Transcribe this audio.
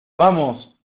vamos